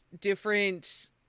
different